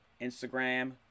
Instagram